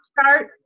start